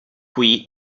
qui